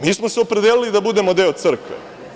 Mi smo se opredelili da budemo deo crkve.